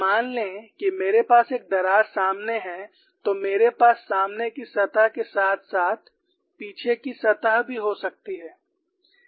मान लें कि मेरे पास एक दरार सामने है तो मेरे पास सामने की सतह के साथ साथ पीछे की सतह भी हो सकती है